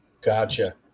Gotcha